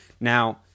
Now